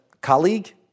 colleague